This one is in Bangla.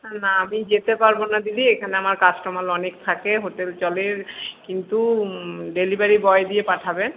না আমি যেতে পারবোনা দিদি এখানে আমার কাস্টমার অনেক থাকে হোটেল চলে কিন্তু ডেলিভারি বয় দিয়ে পাঠাবেন